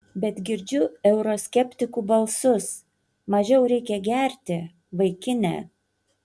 bet girdžiu euroskeptikų balsus mažiau reikia gerti vaikine